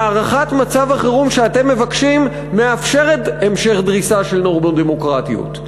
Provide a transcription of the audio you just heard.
והארכת מצב החירום שאתם מבקשים מאפשרת המשך דריסה של נורמות דמוקרטיות,